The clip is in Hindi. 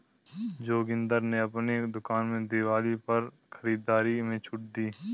जोगिंदर ने अपनी दुकान में दिवाली पर खरीदारी में छूट दी